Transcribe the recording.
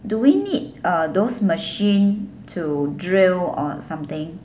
do we need uh those machine to drill or something